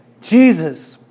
Jesus